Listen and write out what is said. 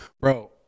Bro